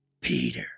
Peter